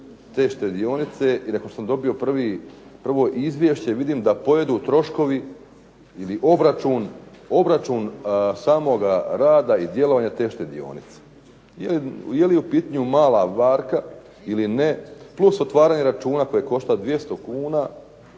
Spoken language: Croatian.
te štedionice i nakon što sam dobio prvo izvješće vidim da pojedu troškovi ili obračun samoga rada i djelovanja te štedionice. Je li u pitanju mala varka ili ne plus otvaranje računa koje košta 200 kuna